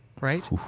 Right